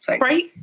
Right